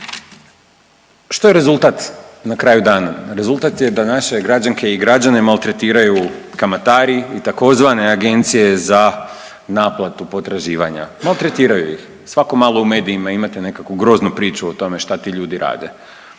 Što je rezultat na kraju dana? Rezultat je da naše građanke i građane maltretiraju kamatari i tzv. agencije za naplatu potraživanja. Maltretiraju ih. Svako malo u medijima imate nekakvu groznu priču o tome šta ti ljudi rade.